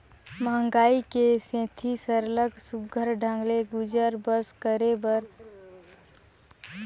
मंहगई के सेती सरलग सुग्घर ढंग ले गुजर बसर करे बर मइनसे मन ल कमाए खाए ले बाहिरे जाएच बर परथे